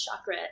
chakra